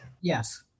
Yes